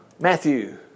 Matthew